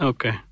Okay